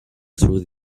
through